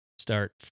start